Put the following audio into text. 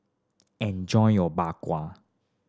enjoy your Bak Kwa